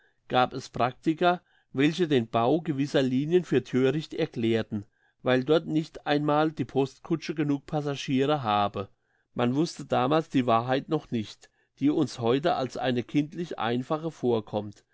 gab es praktiker welche den bau gewisser linien für thöricht erklärten weil dort nicht einmal die postkutsche genug passagiere habe man wusste damals die wahrheit noch nicht die uns heute als eine kindlich einfache vorkommt